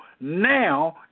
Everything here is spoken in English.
now